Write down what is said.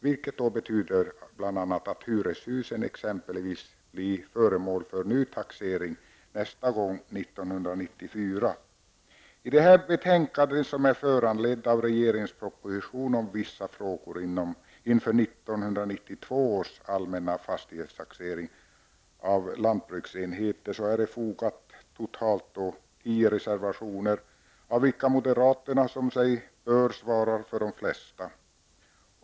Det betyder att exempelvis hyreshusen blir föremål för ny taxering nästa gång 1994. Till detta betänkande, som är föranlett av regeringens proposition om vissa frågor inför 1992 års allmänna fastighetstaxering av lantbruksenheter, fogats totalt tio reservationer. Av dessa svarar moderaterna, som sig bör, för de flesta.